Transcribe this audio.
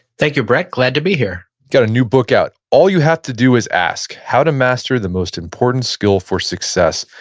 thank you, brett, glad to be here you've got a new book out, all you have to do is ask how to master the most important skill for success.